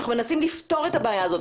אנחנו מנסים לפתור את הבעיה הזאת.